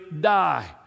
die